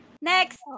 Next